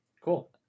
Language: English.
cool